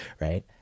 right